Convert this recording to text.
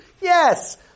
Yes